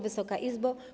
Wysoka Izbo!